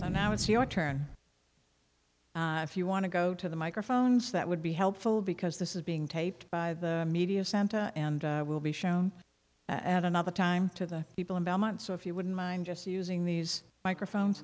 so now it's your turn if you want to go to the microphones that would be helpful because this is being taped by the media center and will be shown at another time to the people in belmont so if you wouldn't mind just using these microphones